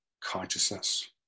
consciousness